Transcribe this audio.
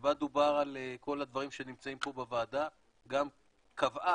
שבה דובר על כל הדברים שנמצאים פה בוועדה, גם קבעה